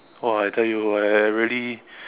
!wah! I tell you I really